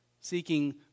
Seeking